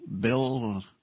bill